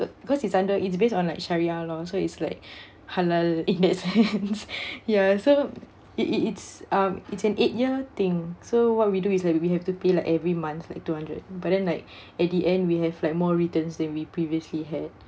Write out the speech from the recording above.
because it's under its based on like sharia law so it's like halal in that sense ya so it it it's um it's an eight year thing so what we do is like we have to pay like every month like two hundred but then like at the end we have like more returns than we previously had